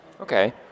Okay